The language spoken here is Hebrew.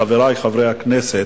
חברי חברי הכנסת,